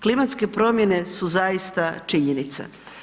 Klimatske promjene su zaista činjenica.